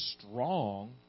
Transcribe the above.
strong